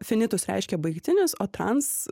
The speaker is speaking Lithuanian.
finitus reiškia baigtinis o trans